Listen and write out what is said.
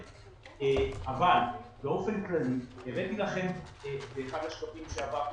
אבל באופן כללי הראיתי לכם באחד השקפים שעברתי